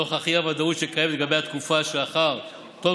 נוכח האי-ודאות שקיימת לגבי התקופה שלאחר תום